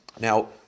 Now